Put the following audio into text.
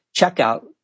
checkout